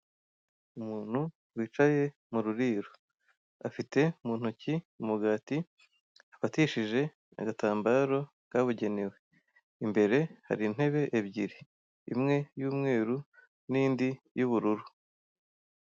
Umuntu wicaye mu ruriro, afite mu ntoki umugati afatishije agatambaro kabugenewe. Imbere hari intebe ebyiri, imwe y'umweru n'indi y'ubururu.